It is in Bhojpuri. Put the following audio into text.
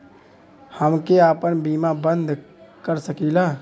हमके आपन बीमा बन्द कर सकीला?